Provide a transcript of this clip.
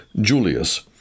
Julius